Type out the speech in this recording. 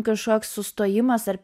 kažkoks sustojimas ar